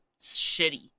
shitty